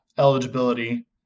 eligibility